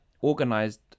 organized